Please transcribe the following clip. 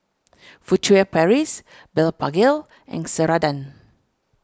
Furtere Paris Blephagel and Ceradan